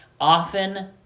often